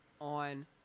on